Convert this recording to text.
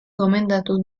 gomendatu